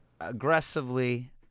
aggressively